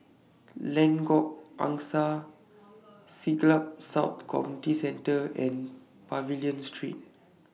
Lengkok Angsa Siglap South Community Centre and Pavilion Street